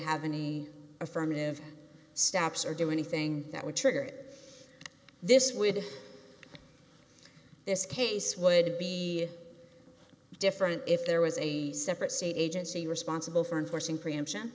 have any affirmative steps or do anything that would trigger it this would this case would be different if there was a separate state agency responsible for enforcing preemption